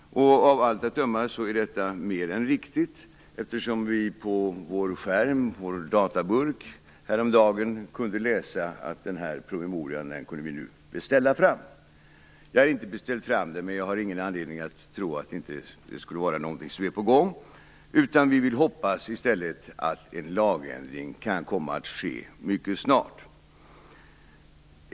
Av allt att döma är det mer än riktigt, eftersom vi på våra dataskärmar häromdagen kunde läsa att den här promemorian nu kunde beställas. Jag har inte gjort det, men jag har ingen anledning att tro att det inte skulle vara någonting på gång. Vi hoppas alltså att en lagändring kan komma att ske mycket snart.